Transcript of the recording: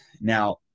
Now